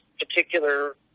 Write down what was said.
particular